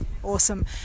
Awesome